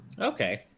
okay